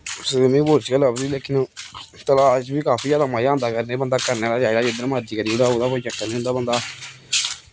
swimming pool च गै लभदी लेकिन तलाऽ च बी काफी मज़ा आंदा करने ई बंदा करने आह्ला चाहिदा जिद्धर मर्जी करी ओड़े ओह्दा कोई चक्कर निं होंदा बंदा